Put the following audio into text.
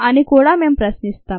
అని కూడా మేము ప్రశ్నిస్తాం